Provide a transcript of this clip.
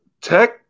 Tech